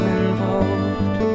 involved